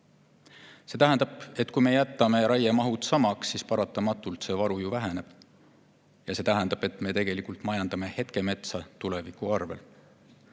See tähendab, et kui me jätame raiemahud samaks, siis paratamatult see varu ju väheneb, ja siis me tegelikult majandame hetkel metsa tuleviku arvel.